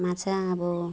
माछा अब